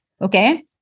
okay